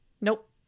Nope